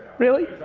really?